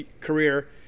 career